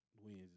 wins